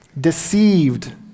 deceived